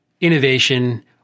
innovation